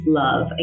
love